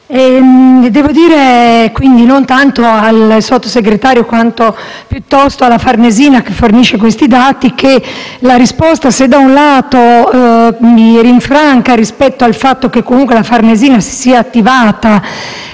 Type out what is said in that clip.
Devo dire, quindi, non tanto al Sottosegretario, quanto alla Farnesina che fornisce questi dati, che la risposta se, da un lato, mi rinfranca rispetto al fatto che il Ministero degli affari esteri si sia attivato